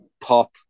pop